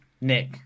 Nick